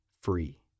free